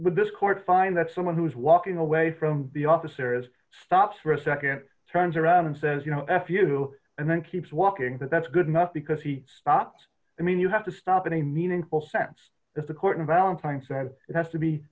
with this court find that someone who's walking away from the officers stops for a nd turns around and says you know f you and then keeps walking but that's good enough because he stopped i mean you have to stop in a meaningful sense as the court unbalancing said it has to be